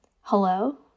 Hello